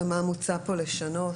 ומה מוצע לשנות.